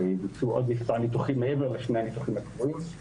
ויבוצעו עוד מספר ניתוחים מעבר לשני הניתוחים הקבועים.